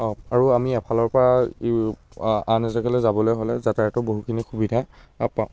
আৰু আমি এফালৰ পৰা ইউ আন এজেগালৈ যাবলৈ হ'লে যাতায়তো বহুখিনি সুবিধা পাওঁ